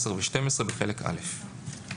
(10) ו-(12) בחלק א'.